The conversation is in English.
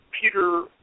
Peter